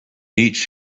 each